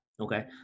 Okay